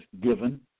given